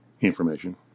information